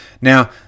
Now